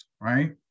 Right